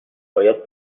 باید